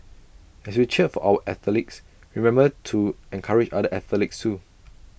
as we cheer for our athletes remember to encourage other athletes too